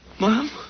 Mom